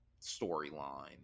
storyline